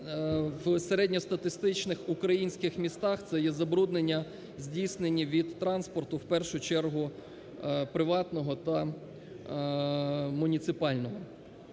в середньостатистичних українських містах це є забруднення, здійснені від транспорту в чергу приватного та муніципального.